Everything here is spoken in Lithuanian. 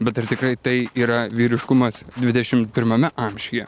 bet ar tikrai tai yra vyriškumas dvidešimt pirmame amžiuje